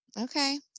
okay